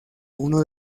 uno